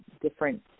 different